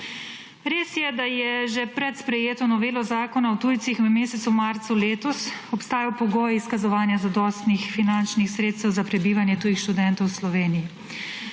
Res je, da je že pred sprejeto novelo Zakona o tujcih, v mesecu marcu letos obstajal pogoj izkazovanja zadostnih finančnih sredstev za prebivanje tujih študentov v Sloveniji.